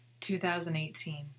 2018